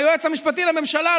היועץ המשפטי לממשלה,